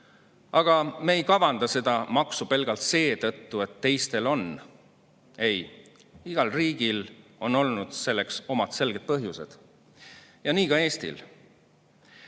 Aga me ei kavanda seda maksu pelgalt seetõttu, et teistel see on. Ei, igal riigil on olnud selleks omad selged põhjused, nii ka Eestil.